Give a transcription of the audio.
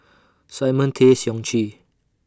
Simon Tay Seong Chee